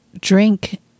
drink